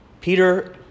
Peter